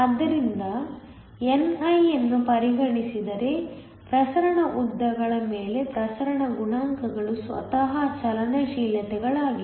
ಆದ್ದರಿಂದ ni ಯನ್ನು ಪರಿಗಣಿಸಿದರೆ ಪ್ರಸರಣ ಉದ್ದಗಳ ಮೇಲೆ ಪ್ರಸರಣ ಗುಣಾಂಕಗಳು ಸ್ವತಃ ಚಲನಶೀಲತೆಗಳಾಗಿವೆ